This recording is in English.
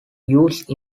used